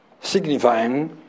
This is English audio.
signifying